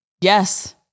Yes